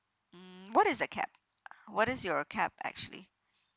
mm what is the cap what is your cap actually